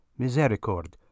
*Misericord*